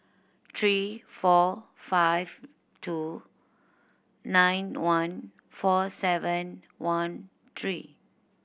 three four five two nine one four seven one three